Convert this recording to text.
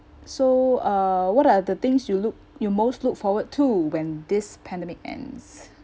so uh what are the things you look you most look forward to when this pandemic ends